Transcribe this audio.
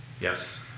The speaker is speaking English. Yes